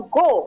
go